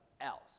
else